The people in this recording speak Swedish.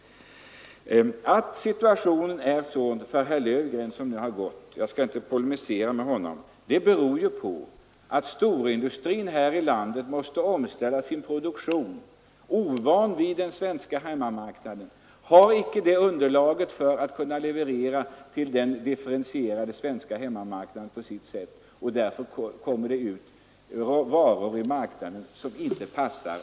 Att situationen är sådan för herr Löfgren — som nu har gått; jag skall därför inte polemisera mot honom — beror på att storindustrin här i landet måste omställa sin produktion. Man är ovan vid den svenska hemmamarknaden och har icke det underlag som krävs för att kunna leverera till den differentierade svenska hemmamarknaden. Därför kommer det ut varor i marknaden som inte passar.